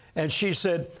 and she said,